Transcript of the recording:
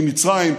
עם מצרים,